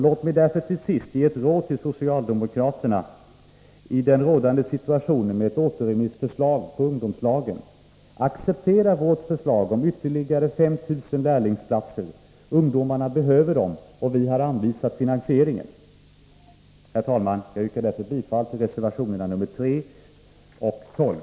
Låt mig därför till sist ge ett råd till socialdemokraterna i den rådande situationen med ett återremissförslag beträffande ungdomslagen: Acceptera vårt förslag om ytterligare 5 000 lärlingsplatser! Ungdomarna behöver dem, och vi har anvisat finansieringen. Herr talman! Jag yrkar därför bifall till reservationerna nr 3 och 12.